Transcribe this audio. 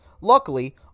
Luckily